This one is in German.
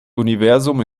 universum